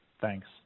Thanks